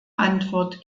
antwort